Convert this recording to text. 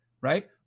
right